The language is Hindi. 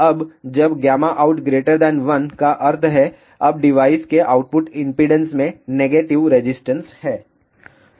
अब जब out1 का अर्थ है अब डिवाइस के आउटपुट इम्पीडेन्स में नेगेटिव रेजिस्टेंस है